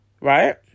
Right